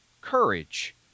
courage